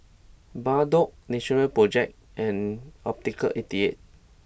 Bardot Natural Project and Optical eighty eight